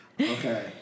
Okay